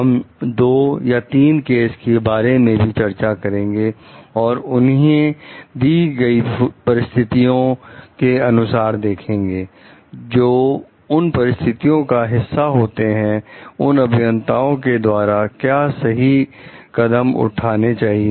हम दो या तीन केस के बारे में भी चर्चा करेंगे और उन्हें दी हुई परिस्थितियों के अनुसार देखेंगे जो उन परिस्थितियों का हिस्सा होते हैं उन अभियंताओं के द्वारा क्या सही कदम उठाने चाहिए